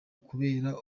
kubera